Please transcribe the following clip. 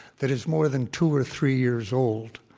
that is more than two or three years old,